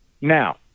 now